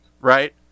Right